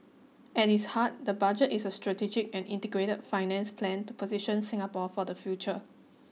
at its heart the budget is a strategic and integrated finance plan to position Singapore for the future